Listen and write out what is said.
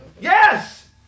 Yes